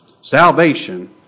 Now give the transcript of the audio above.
salvation